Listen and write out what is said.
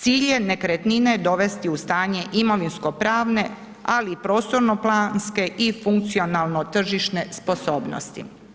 Cilj je nekretnine dovesti u stanje imovinsko pravne, ali i prostorno planske i funkcionalno tržišne sposobnosti.